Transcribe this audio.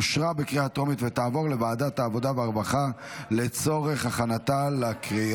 לוועדת העבודה והרווחה נתקבלה.